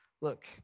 look